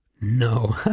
No